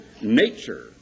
nature